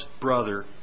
brother